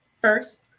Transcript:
first